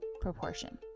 proportion